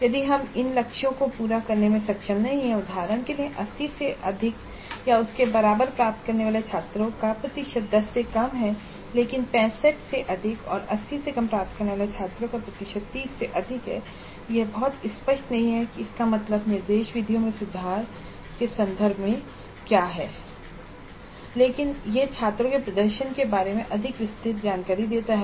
यदि हम इन लक्ष्यों को पूरा करने में सक्षम नहीं हैं उदाहरण के लिए 80 से अधिक या उसके बराबर प्राप्त करने वाले छात्रों का प्रतिशत 10 से कम है लेकिन 65 से अधिक और 80 से कम प्राप्त करने वाले छात्रों का प्रतिशत 30 से अधिक है यह बहुत स्पष्ट नहीं है कि इसका मतलब निर्देश विधियों में सुधार के संदर्भ में क्या है लेकिन यह छात्रों के प्रदर्शन के बारे में अधिक विस्तृत जानकारी देता है